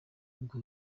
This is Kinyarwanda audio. ubwo